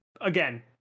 again